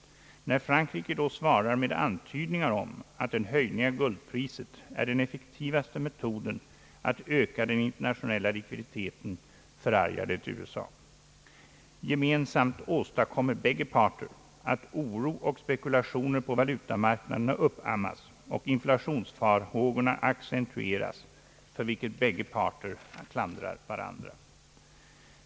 När Frankrike då svarar med antydningar om att en höjning av guldpriset är den effektivaste metoden att öka den internationella likviditeten, förargar det USA. Gemensamt åstadkommer båda parter att oro och spekulationer på valutamarknaderna uppammas och inflationsfarhågorna accentueras, för vilket båda parter klandrar varandra.